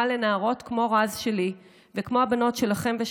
לנערות כמו רז שלי וכמו הבנות שלכם ושלכן.